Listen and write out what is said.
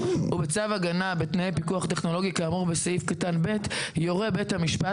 ובצו הגנה בתנאי פיקוח כאמור בסעיף קטן (ב) יורה בית המשפט,